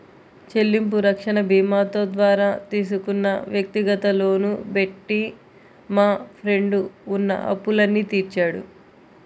చెల్లింపు రక్షణ భీమాతో ద్వారా తీసుకున్న వ్యక్తిగత లోను పెట్టి మా ఫ్రెండు ఉన్న అప్పులన్నీ తీర్చాడు